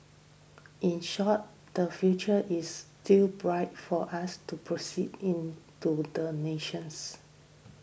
in short the future is still bright for us to proceed into the nation's